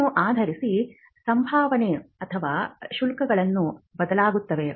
ಅದನ್ನು ಆದರಿಸಿ ಸಂಭಾವನೆ ಅಥವಾ ಶುಲ್ಕಗಳು ಬದಲಾಗುತ್ತವೆ